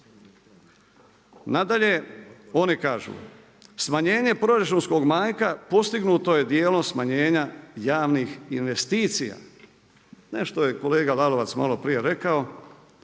Nadalje, oni kažu. “Smanjenje proračunskog manjka postignuto je dijelom smanjenja javnih investicija.“ Nešto je kolega Lalovac malo prije rekao